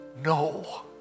no